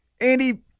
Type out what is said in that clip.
Andy